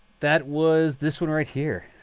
that was this one right here.